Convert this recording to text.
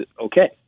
Okay